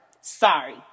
Sorry